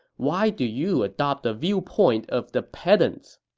why do you adopt the viewpoint of the pedants?